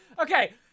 Okay